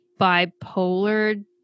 bipolar